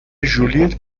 ژولیت